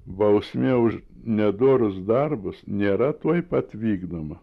bausmė už nedorus darbus nėra tuoj pat vykdoma